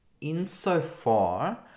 insofar